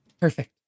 Perfect